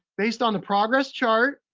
based on the progress chart,